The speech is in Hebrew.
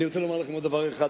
אני רוצה לומר לכם עוד דבר אחד,